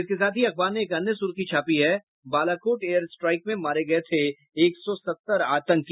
इसके साथ ही अखबार ने एक अन्य सुर्खी छापी है बालाकोट एयर स्ट्राइक में मारे गये थे एक सौ सत्तर आतंकी